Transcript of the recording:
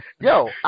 Yo